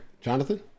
Jonathan